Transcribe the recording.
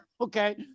Okay